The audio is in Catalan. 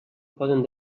poden